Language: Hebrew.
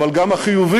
אבל גם החיובי,